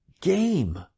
game